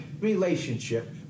relationship